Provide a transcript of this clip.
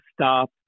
stop